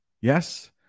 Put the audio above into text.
yes